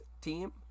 team